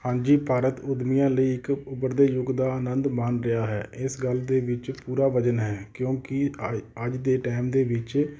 ਹਾਂਜੀ ਭਾਰਤ ਉੱਦਮੀਆਂ ਲਈ ਇੱਕ ਉੱਭਰਦੇ ਯੁੱਗ ਦਾ ਆਨੰਦ ਮਾਣ ਰਿਹਾ ਹੈ ਇਸ ਗੱਲ ਦੇ ਵਿੱਚ ਪੂਰਾ ਵਜ਼ਨ ਹੈ ਕਿਉਂਕਿ ਅ ਅੱਜ ਦੇ ਟਾਈਮ ਦੇ ਵਿੱਚ